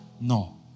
No